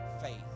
faith